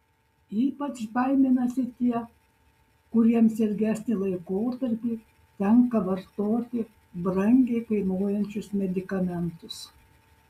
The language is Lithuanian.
ypač baiminasi tie kuriems ilgesnį laikotarpį tenka vartoti brangiai kainuojančius medikamentus